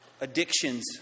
Addictions